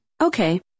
Okay